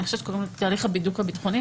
שאני חושבת שקוראים לו "תהליך הבידוק הביטחוני",